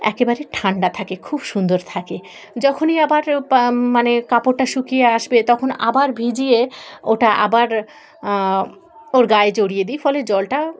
একেবারেই ঠান্ডা থাকে খুব সুন্দর থাকে যখনই আবার মানে কাপড়টা শুকিয়ে আসবে তখন আবার ভিজিয়ে ওটা আবার ওর গায়ে জড়িয়ে দিই ফলে জলটা